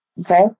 okay